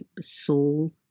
soul